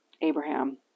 Abraham